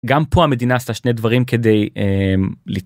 גם פה המדינה עשתה שני דברים כדי לצלם.